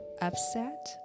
upset